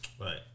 Right